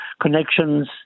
connections